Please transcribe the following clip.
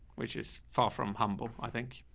which is far from humble, i think.